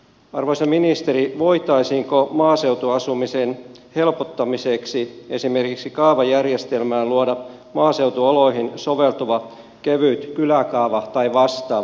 arvoisa ministeri voitaisiinko maaseutuasumisen helpottamiseksi esimerkiksi kaavajärjestelmään luoda maaseutuoloihin soveltuva kevyt kyläkaava tai vastaava